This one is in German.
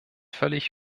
völlig